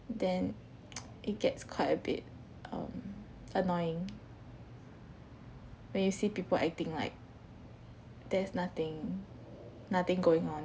then it gets quite a bit um annoying when you see people acting like there's nothing nothing going on